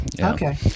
Okay